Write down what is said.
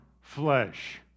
flesh